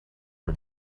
her